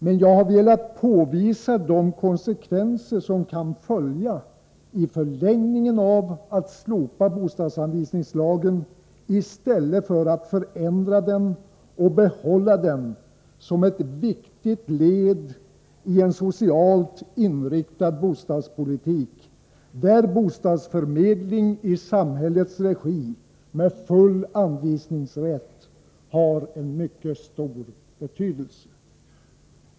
Men jag har velat påvisa de konsekvenser som kan följa i förlängningen av att man slopar bostadsanvisningslagen i stället för att förändra den och behålla den som ett viktigt led i en socialt inriktad bostadspolitik, där bostadsförmedling i samhällets regi med full anvisningsrätt har en mycket stor betydelse.